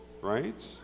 right